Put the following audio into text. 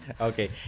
okay